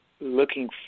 looking